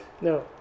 No